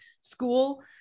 school